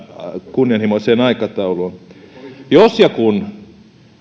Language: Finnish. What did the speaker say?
kunnianhimoiseen aikatauluun jos ja kun